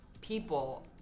people